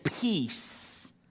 peace